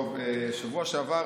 בשבוע שעבר